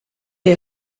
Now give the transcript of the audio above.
est